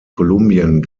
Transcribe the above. kolumbien